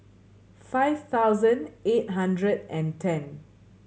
five thousand eight hundred and ten